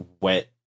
wet